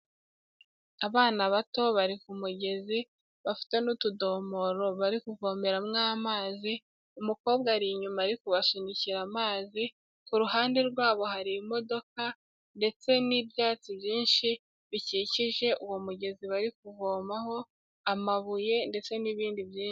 Abana bato bari ku mugezi bafite n'utudomoro bari kuvomeramo amazi, umukobwa ari inyuma ari kubasunikira amazi, ku ruhande rwabo hari imodoka ndetse n'ibyatsi byinshi bikikije uwo mugezi bari kuvomaho, amabuye ndetse n'ibindi byinshi.